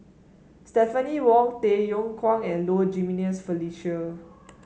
Stephanie Wong Tay Yong Kwang and Low Jimenez Felicia